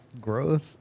Growth